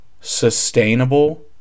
sustainable